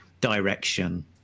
direction